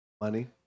money